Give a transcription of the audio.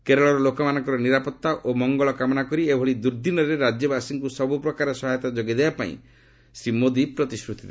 କେରଳର ଲୋକମାନଙ୍କର ନିରାପତ୍ତା ଓ ମଙ୍ଗଳ କାମନା କରି ଏଭଳି ଦୁର୍ଦ୍ଦିନରେ ରାଜ୍ୟବାସୀଙ୍କୁ ସବୁ ପ୍ରକାର ସହାୟତା ଯୋଗାଇ ଦେବାପାଇଁ ଶ୍ରୀ ମୋଦି ପ୍ରତିଶ୍ରତି ଦେଇଛନ୍ତି